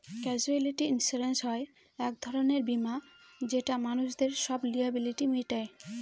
casualty insurance হয় এক ধরনের বীমা যেটা মানুষদের সব লায়াবিলিটি মিটায়